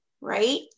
right